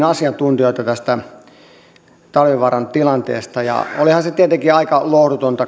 asiantuntijoita tästä talvivaaran tilanteesta ja olihan se tietenkin aika lohdutonta